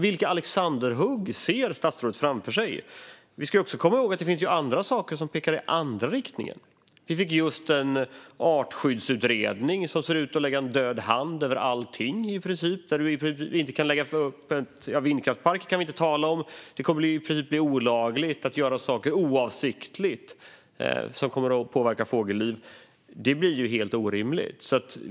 Vilka alexanderhugg ser statsrådet framför sig? Vi ska också komma ihåg att det finns andra saker som pekar i andra riktningen. Vi fick just en artskyddsutredning som ser ut att lägga en död hand över i princip allting. Vindkraftsparker ska vi inte tala om. Det kommer i princip att bli olagligt att göra saker oavsiktligt som påverkar fågellivet. Det blir helt orimligt.